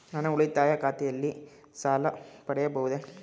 ನನ್ನ ಉಳಿತಾಯ ಖಾತೆಯಲ್ಲಿ ಸಾಲ ಪಡೆಯಬಹುದೇ?